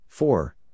four